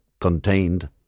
contained